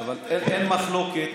אין מחלוקת,